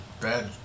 bad